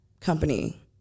company